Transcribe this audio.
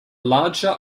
larger